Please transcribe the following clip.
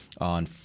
On